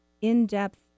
in-depth